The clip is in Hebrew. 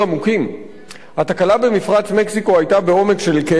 התקלה במפרץ מקסיקו היתה בעומק של כ-1,600 מטר.